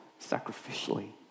sacrificially